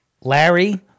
Larry